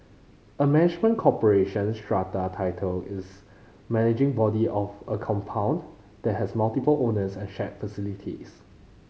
a management corporation strata title is managing body of a compound that has multiple owners and shared facilities